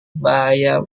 bahaya